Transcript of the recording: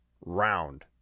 round